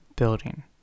building